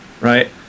right